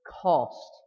cost